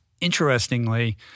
Interestingly